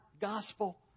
gospel